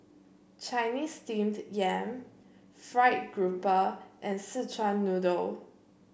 Chinese Steamed Yam fried grouper and Szechuan Noodle